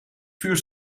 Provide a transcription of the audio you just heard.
vuur